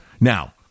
Now